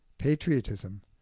patriotism